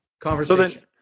conversation